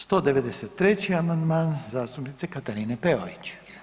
193. amandman zastupnice Katarine Peović.